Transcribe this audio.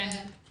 כן.